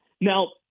Now